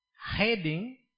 heading